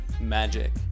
magic